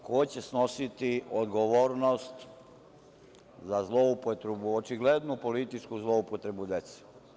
Ko će snositi odgovornost za zloupotrebu, očiglednu političku zloupotrebu dece?